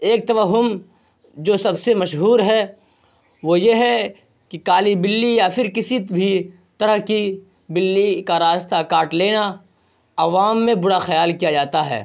ایک توہم جو سب سے مشہور ہے وہ یہ ہے کہ کالی بلی یا پھر کسی بھی طرح کی بلی کا راستہ کاٹ لینا عوام میں برا خیال کیا جاتا ہے